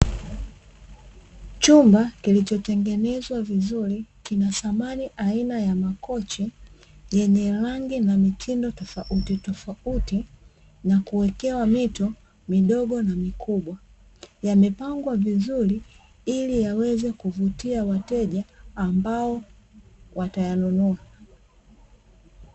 Chumba kilichotengenezwa vizuri kina samani aina ya makochi yenye rangi na mitindo tofauti tofauti na kuwekewa mito midogo na mikubwa, yamepangwa vizuri ili yaweze kuvutia wateja ambao watayanunua.